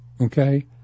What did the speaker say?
Okay